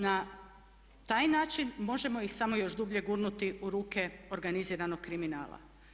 Na taj način možemo ih samo još dublje gurnuti u ruke organiziranog kriminala.